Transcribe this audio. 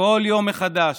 כל יום מחדש,